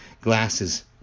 glasses